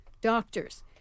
doctors